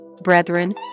Brethren